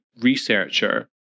researcher